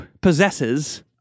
possesses